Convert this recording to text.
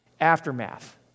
aftermath